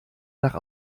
nach